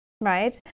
right